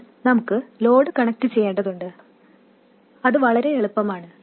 ഇപ്പോൾ നമുക്ക് ലോഡ് കണക്റ്റുചെയ്യേണ്ടതുണ്ട് അത് വളരെ എളുപ്പമാണ്